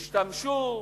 השתמשו,